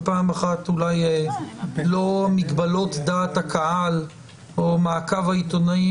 פעם אחת אולי ללא מגבלות דעת הקהל או מעקב העיתונאים,